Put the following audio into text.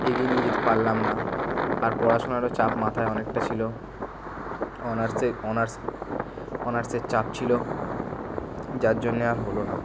এগিয়ে নিয়ে যেতে পারলাম না আর পড়াশোনারও চাপ মাথায় অনেকটা ছিল অনার্সে অনার্স অনার্সের চাপ ছিল যার জন্য আর হল না